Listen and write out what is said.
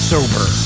Sober